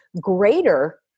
greater